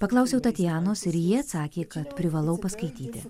paklausiau tatjanos ir ji atsakė kad privalau paskaityti